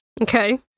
Okay